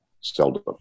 seldom